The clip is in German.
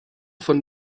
von